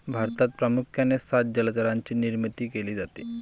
भारतात प्रामुख्याने सात जलचरांची निर्मिती केली जाते